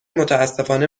متأسفانه